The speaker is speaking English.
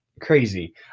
crazy